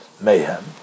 mayhem